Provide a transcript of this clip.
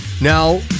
Now